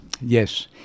yes